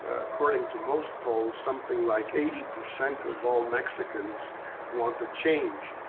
ah according to most polls, something like eighty percent of all mexicans want to change.